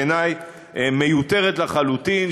בעיני מיותרת לחלוטין,